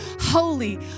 holy